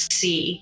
see